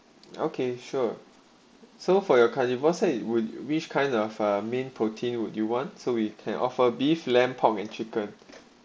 okay sure so for your caregiver set it would wish kind of mean protein would you want so we can offer beef lamb pork and chicken